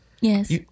Yes